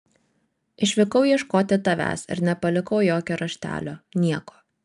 išvykau ieškoti tavęs ir nepalikau jokio raštelio nieko